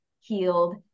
healed